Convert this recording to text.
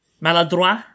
Maladroit